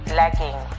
lagging